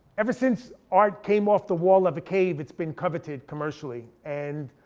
ever since art came off the wall of a cave it's been coveted commercially. and